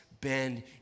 bend